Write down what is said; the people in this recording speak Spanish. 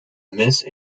mes